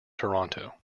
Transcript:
toronto